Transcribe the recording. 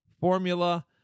formula